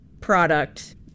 product